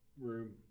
room